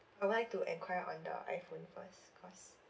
I would like to enquire on the iPhone first cause